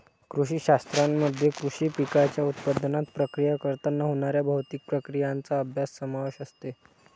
कृषी शास्त्रामध्ये कृषी पिकांच्या उत्पादनात, प्रक्रिया करताना होणाऱ्या भौतिक प्रक्रियांचा अभ्यास समावेश असते